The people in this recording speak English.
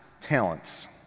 talents